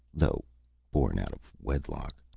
though born out of wedlock.